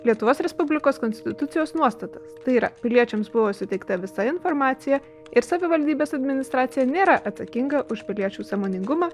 lietuvos respublikos konstitucijos nuostatastai yra piliečiams buvo suteikta visa informacija ir savivaldybės administracija nėra atsakinga už piliečių sąmoningumą